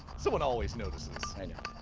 someone always notices. i know.